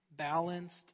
Balanced